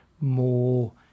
more